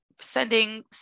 sending